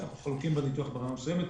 אנחנו חולקים בניתוח ברמה מסוימת.